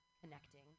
connecting